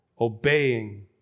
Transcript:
obeying